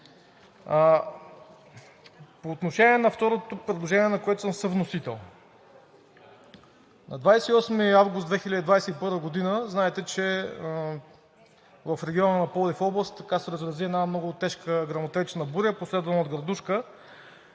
По отношение на второто предложение, на което съм съвносител, на 28 август 2021 г., знаете, че в региона на област Пловдив се разрази една много тежка гръмотевична буря, последвана от градушка,